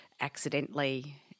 accidentally